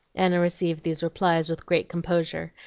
anna received these replies with great composure,